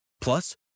Plus